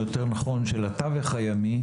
יותר נכון של התווך הימי,